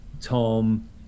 Tom